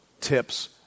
tips